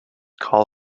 call